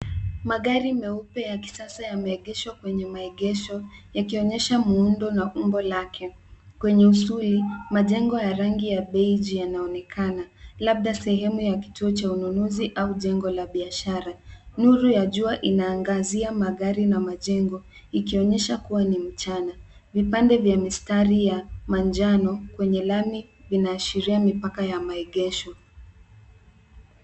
Magari meupe ya kisasa yameegeshwa kwenye maegesho yakionyesha muundo na umbo lake. Kwenye usuli, majengo ya rangi ya beige yanaonekana labda sehemu ya kituo cha ununuzi au jengo la biashara. Nuru ya jua inaangazia magari na majengo ikionyesha kuwa ni mchana. Vipande vya mistari ya manjano kwenye lami inaashiria mipaka ya maegesho.